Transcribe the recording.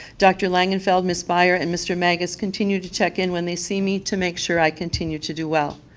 dr. langenfeld, ms. byer, and mr. maggos continue to check in when they see me to make sure i continue to do well.